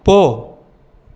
போ